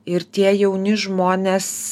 ir tie jauni žmonės